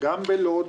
גם בלוד.